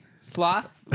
Sloth